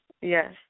Yes